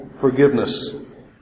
forgiveness